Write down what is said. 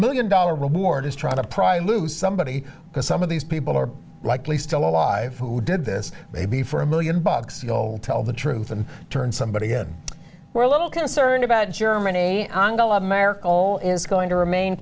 million dollar reward is trying to pry loose somebody because some of these people are likely still alive who did this maybe for a million bucks to go tell the truth and turn somebody in we're a little concerned about germany america all is going to remain